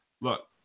Look